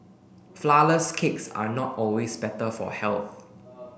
flourless cakes are not always better for health